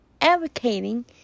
advocating